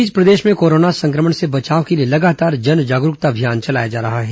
इस बीच प्रदेश में कोरोना सं क्र मण से बचाव के लिए लगातार जन जागरूकता अभियान चलाया जा रहा है